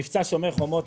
מבצע שומר חומות,